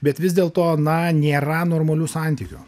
bet vis dėl to na nėra normalių santykių